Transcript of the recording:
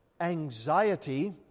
anxiety